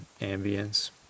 ambience